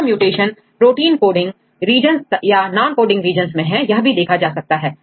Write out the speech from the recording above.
यह mutation protein coding regions या noncoding regions में है यह भी देखा जा सकता है